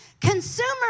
Consumers